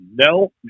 no